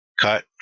cut